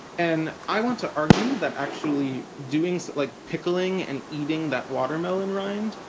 and i want to argue that actually doing that, like pickling and eating that watermelon rind,